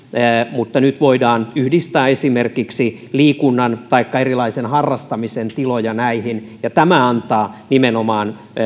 mutta nyt voidaan yhdistää esimerkiksi liikunnan taikka erilaisen harrastamisen tiloja näihin ja tämä antaa nimenomaan